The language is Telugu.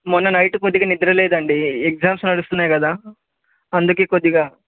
మొన్న నైట్ కొద్దిగా నిద్రలేదండి ఎగ్జామ్స్ నడుసున్నాయి కదా అందుకే కొద్దిగా